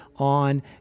on